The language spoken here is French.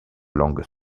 langues